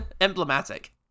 emblematic